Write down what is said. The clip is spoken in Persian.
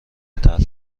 تلخ